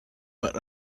but